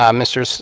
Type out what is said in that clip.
um mr. so